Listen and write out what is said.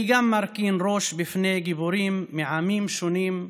אני מרכין ראש גם בפני גיבורים מעמים שונים,